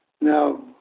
Now